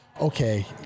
okay